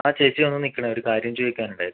ആ ചേച്ചി ഒന്ന് നിൽക്കണേ ഒരു കാര്യം ചോദിക്കാനുണ്ടായിരുന്നു